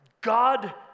God